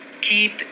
Keep